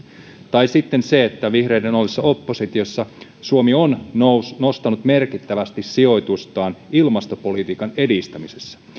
tai sitten se että vihreiden ollessa oppositiossa suomi on nostanut merkittävästi sijoitustaan ilmastopolitiikan edistämisessä